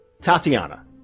Tatiana